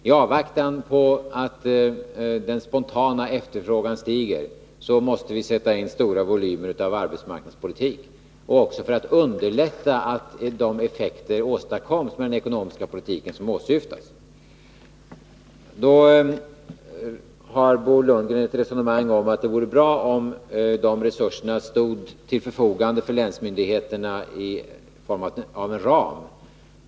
I avvaktan på att den spontana efterfrågan stiger måste vi sätta in stora volymer av arbetsmarknadspolitik, också för att underlätta att de effekter åstadkoms med den ekonomiska politiken som åsyftats. Bo Lundgren förde ett resonemang om att det vore bra ifall de resurserna stod till förfogande för länsmyndigheterna i form av en ram.